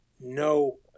No